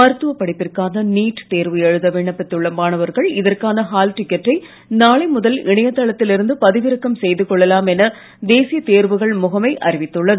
மருத்துவ படிப்பிற்கான நீட் தேர்வு எழுத விண்ணப்பித்துள்ள மாணவர்கள் இதற்கான ஹால் டிக்கெட்டை நாளை முதல் இணையதளத்தில் இருந்து பதிவிறக்கம் செய்து கொள்ளலாம் என தேசிய தேர்வுகள் முகமை அறிவித்துள்ளது